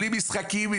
בלי משחקים.